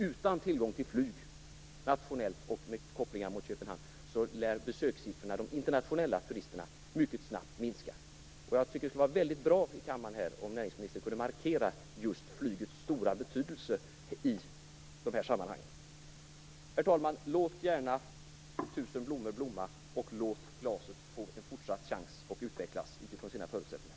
Utan tillgång till nationellt flyg med kopplingar till Köpenhamn lär besökssiffrorna för de internationella turisterna mycket snabbt minska. Jag tycker att det skulle vara väldigt bra om näringsministern kunde markera just flygets stora betydelse i de här sammanhangen. Herr talman! Låt gärna tusen blommor blomma och låt glaset få en fortsatt chans att utvecklas utifrån sina förutsättningar.